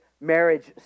marriage